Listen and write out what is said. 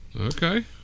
Okay